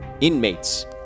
inmates